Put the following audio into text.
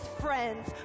friends